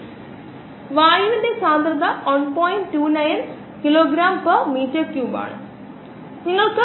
നമ്മൾ കേട്ടിരിക്കാം സ്പിരുലിന എന്ന് വിളിക്കപ്പെടുന് ആൽഗ വളർത്തി പ്രോസസ്സ് ചെയ്ത് പാക്കേജുചെയ്ത് ന്യൂട്രാസ്യൂട്ടിക്കലായി വിൽക്കുന്നു